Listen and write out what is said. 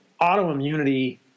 autoimmunity –